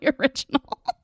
original